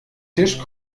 tisch